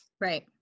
Right